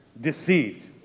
deceived